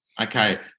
okay